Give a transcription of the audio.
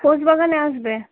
ঘোষ বাগানে আসবে